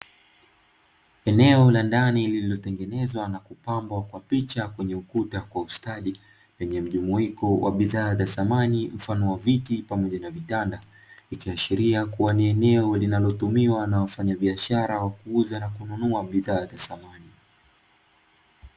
Eneo la ndani lililotengenezwa na kupambwa kwa picha kwenye ukuta kwa ustadi yenye mjumuiko wa bidhaa za samani, mfano wa viti pamoja na vitanda, ikiashiria kubwa ni eneo linalotumiwa na wafanyabishara wanaouza na kununua bidhaa za samani.